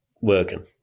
working